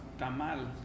Tamal